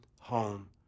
home